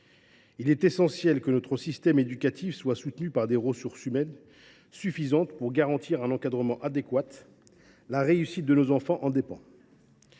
Il est essentiel que notre système éducatif soit soutenu par des ressources humaines suffisantes afin de garantir un encadrement adéquat. La réussite de nos enfants en dépend.